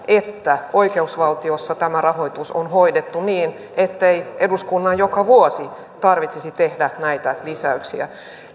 että oikeusvaltiossa tämä rahoitus on hoidettu niin ettei eduskunnan joka vuosi tarvitsisi tehdä näitä lisäyksiä